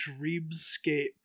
dreamscape